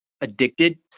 addicted